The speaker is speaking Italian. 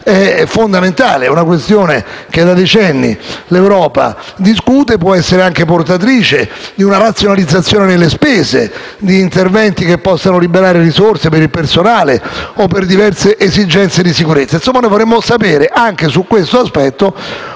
di difesa, una questione che da decenni l'Europa discute e che può essere anche portatrice di una razionalizzazione delle spese, di interventi che possano liberare risorse per il personale o per diverse esigenze di sicurezza. Insomma, noi vorremmo sapere anche su questo aspetto